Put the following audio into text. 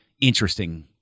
interesting